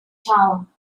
town